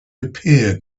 appeared